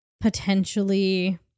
potentially